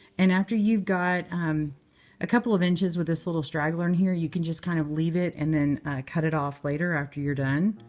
and after you've got a couple of inches with this little straggler in here, you can just kind of leave it and then cut it off later after you're done.